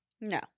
No